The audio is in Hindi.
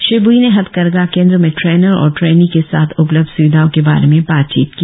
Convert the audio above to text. श्री ब्ई ने हथकरघा केंद्र में ट्रेनर और ट्रेनी के साथ उपलब्ध स्विधाओं के बारे में बातचीत की